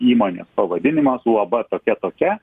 įmonės pavadinimas uab tokia tokia